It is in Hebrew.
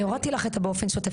אני הורדתי לך את "באופן שוטף",